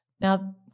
Now